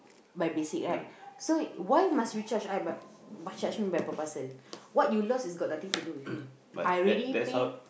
by basic right so why must we charge ib~ must charge me by parcel what you lost has got nothing to do with me I already pay